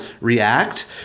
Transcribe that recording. react